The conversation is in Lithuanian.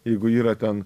jeigu yra ten